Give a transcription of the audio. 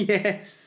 Yes